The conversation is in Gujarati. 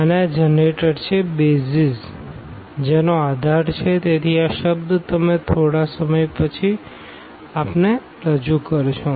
અને આ જનરેટર એ BASIS છે જેનો આધાર છે તેથી આ શબ્દ અમે થોડા સમય પછી રજૂ કરીશું